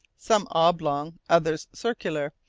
some oblong, others circular,